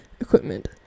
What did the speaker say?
equipment